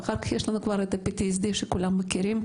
ואחר כך יש לנו כבר ה-PTSD שכולם מכירים.